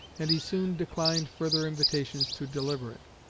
and he soon declined further invitations to deliver it.